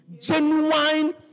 Genuine